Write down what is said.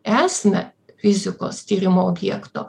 esmę fizikos tyrimų objekto